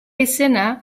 izena